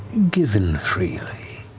given freely,